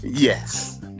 yes